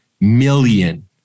million